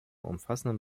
umfassenden